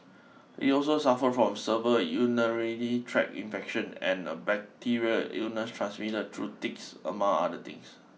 it also suffered from server urinary tract infection and a bacterial illness transmitted through ticks among other things